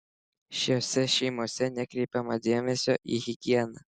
šiose šeimose nekreipiama dėmesio į higieną